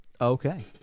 Okay